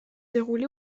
déroulée